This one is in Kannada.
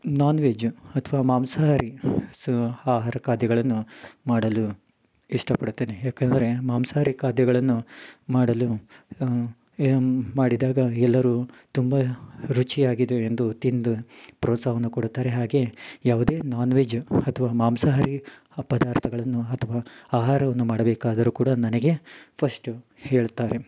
ನಾನ್ ವೆಜ್ಜು ಅಥವಾ ಮಾಂಸಾಹಾರಿ ಸೊ ಆಹಾರ ಖಾದ್ಯಗಳನ್ನು ಮಾಡಲು ಇಷ್ಟಪಡುತ್ತೇನೆ ಯಾಕಂದರೆ ಮಾಂಸಾಹಾರಿ ಖಾದ್ಯಗಳನ್ನು ಮಾಡಲು ಮಾಡಿದಾಗ ಎಲ್ಲರೂ ತುಂಬ ರುಚಿಯಾಗಿದೆ ಎಂದು ತಿಂದು ಪ್ರೋತ್ಸಾಹವನ್ನು ಕೊಡುತ್ತಾರೆ ಹಾಗೆ ಯಾವುದೇ ನಾನ್ ವೆಜ್ ಅಥ್ವಾ ಮಾಂಸಾಹಾರಿ ಪದಾರ್ಥಗಳನ್ನು ಅಥ್ವಾ ಆಹಾರವನ್ನು ಮಾಡಬೇಕಾದರೂ ಕೂಡ ನನಗೆ ಫಸ್ಟು ಹೇಳುತ್ತಾರೆ